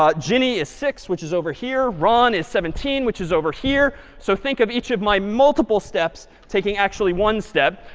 um ginny is six, which is over here. ron is seventeen, which is over here. so think of each of my multiple steps taking actually one step.